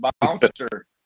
bouncer